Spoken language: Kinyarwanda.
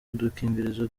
udukingirizo